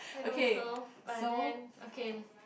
I don't know but then okay